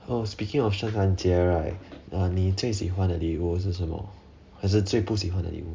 oh speaking of 圣诞节 right uh 你最喜欢的礼物是什么还是最不喜欢的礼物